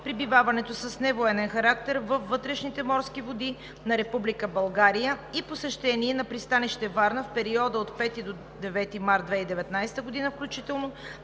пребиваването с невоенен характер във вътрешните морски води на Република България и посещение на пристанище Варна в периода от 5 до 9 март 2019 г.